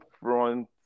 front